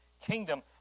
kingdom